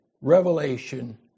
revelation